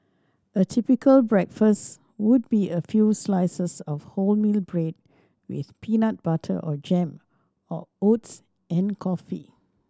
a typical breakfast would be a few slices of wholemeal bread with peanut butter or jam or oats and coffee